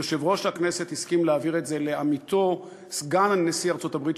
יושב-ראש הכנסת הסכים להעביר את זה לעמיתו סגן נשיא ארצות-הברית,